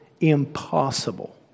impossible